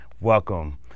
Welcome